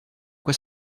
quoi